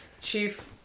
Chief